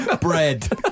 Bread